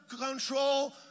control